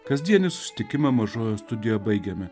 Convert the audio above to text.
kasdienį susitikimą mažojoje studijoje baigiame